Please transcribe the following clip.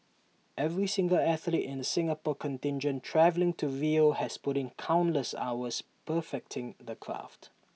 every single athlete in the Singapore contingent travelling to Rio has put in countless hours perfecting their craft